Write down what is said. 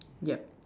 yup